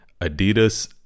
Adidas